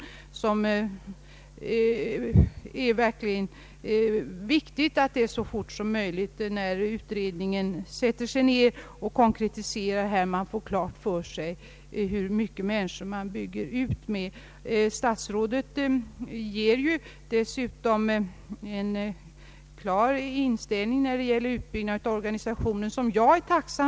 Det är verkligen viktigt att utredningen, när den tar ställning till dessa konkreta problem, så fort som möjligt får klart för sig hur personalorganisationen skall utformas. Statsrådet ger ju dessutom uttryck åt en klar inställning när det gäller uppbyggnaden av organisationen, att denna också skall omfatta den internationella samverkan.